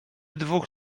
dwóch